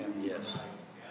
Yes